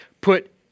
put